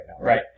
right